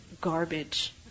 garbage